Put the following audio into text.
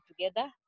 together